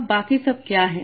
अब बाकी सब क्या है